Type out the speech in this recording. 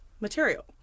material